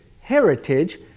heritage